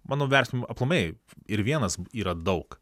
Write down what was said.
mano vertinimu aplamai ir vienas yra daug